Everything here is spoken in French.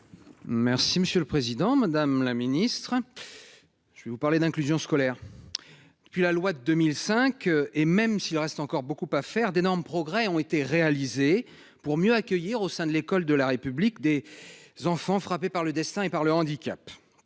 Merci monsieur le président, madame la ministre, hein. Je vais vous parler d'inclusion scolaire. Puis la loi de 2005 et même s'il reste encore beaucoup à faire d'énormes progrès ont été réalisés pour mieux accueillir au sein de l'école de la République des. Enfants frappés par le destin et par le handicap